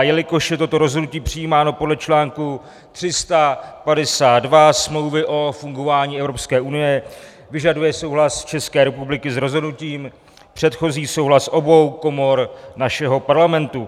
Jelikož je toto rozhodnutí přijímáno podle článku 352 Smlouvy o fungování Evropské unie, vyžaduje souhlas České republiky s rozhodnutím předchozí souhlas obou komor našeho Parlamentu.